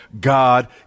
God